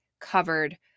covered